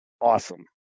awesome